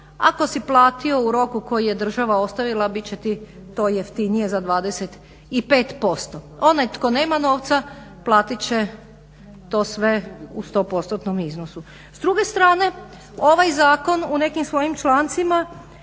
ako si platio u roku koji je država ostavila bit će ti to jeftinije za 25%. Onaj tko nema novca platit će to sve u 100%-tnom iznosu. S druge strane ovaj zakon u nekim svojim člancima